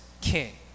King